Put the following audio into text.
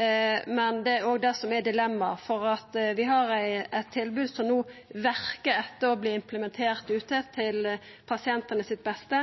Det er òg det som er dilemmaet, for vi har eit tilbod som no verkar etter å verta implementert ute, til pasientane sitt beste,